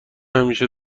همیشه